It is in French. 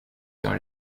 dans